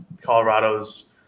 Colorado's